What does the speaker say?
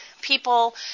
people